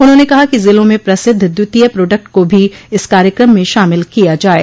उन्होंने कहा कि ज़िलों में प्रसिद्ध द्वितीय प्रोडेक्ट को भी इस कार्यक्रम में शामिल किया जाये